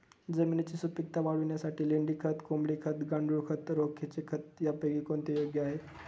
जमिनीची सुपिकता वाढवण्यासाठी लेंडी खत, कोंबडी खत, गांडूळ खत, राखेचे खत यापैकी कोणते योग्य आहे?